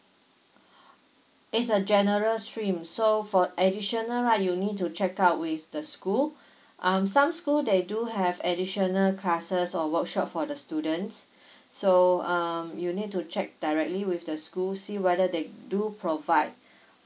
it's a general stream so for additional right you need to check out with the school um some school they do have additional classes or workshop for the students so um you need to check directly with the school see whether they do provide